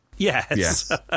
Yes